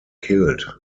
killed